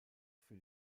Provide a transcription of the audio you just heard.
für